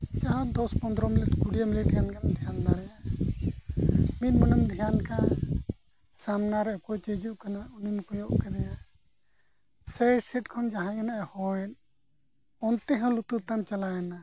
ᱡᱟᱦᱟᱸ ᱫᱚᱥ ᱯᱚᱫᱽᱨᱚ ᱢᱤᱱᱤᱴ ᱠᱩᱲᱤᱭᱟᱹ ᱢᱤᱱᱤᱴ ᱜᱟᱱᱮᱢ ᱫᱷᱮᱭᱟᱱ ᱫᱟᱲᱮᱭᱟᱜᱼᱟ ᱢᱤᱫ ᱢᱚᱱᱮᱢ ᱫᱷᱮᱭᱟᱱ ᱠᱷᱟᱱ ᱥᱟᱢᱱᱟ ᱨᱮ ᱚᱠᱚᱭ ᱪᱚᱭ ᱦᱤᱡᱩᱜ ᱠᱟᱱᱟ ᱩᱱᱤᱢ ᱠᱚᱭᱚᱜ ᱠᱮᱫᱮᱭᱟ ᱥᱮ ᱥᱟᱭᱤᱰ ᱥᱮᱫ ᱠᱷᱚᱱ ᱡᱟᱦᱟᱸᱭ ᱜᱮ ᱱᱟᱦᱟᱸᱭ ᱦᱚᱦᱚᱭᱮᱫ ᱚᱱᱛᱮ ᱦᱚᱸ ᱞᱩᱛᱩᱨ ᱛᱟᱢ ᱪᱟᱞᱟᱣᱮᱱᱟ